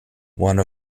one